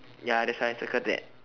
ya that's why circle that